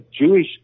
Jewish